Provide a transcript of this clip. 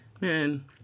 man